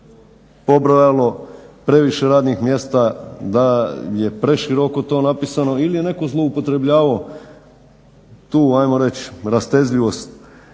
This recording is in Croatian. pobrojalo previše radnih mjesta, da je preširoko to napisano ili je netko zloupotrebljavao tu hajmo reći rastezljivost